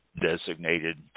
designated